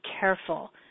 careful